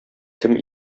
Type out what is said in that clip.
кем